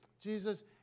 Jesus